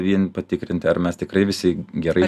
vien patikrinti ar mes tikrai visi gerai